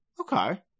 Okay